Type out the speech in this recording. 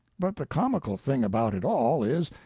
but the comical thing about it all, is,